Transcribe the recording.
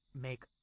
make